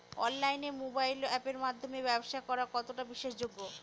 অনলাইনে মোবাইল আপের মাধ্যমে ব্যাবসা করা কতটা বিশ্বাসযোগ্য?